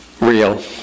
real